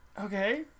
Okay